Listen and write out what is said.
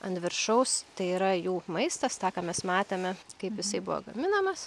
ant viršaus tai yra jų maistas tą ką mes matėme kaip jisai buvo gaminamas